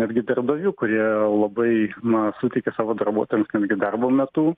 irgi darbdavių kurie labai na suteikia savo darbuotojams netgi darbo metu